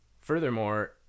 Furthermore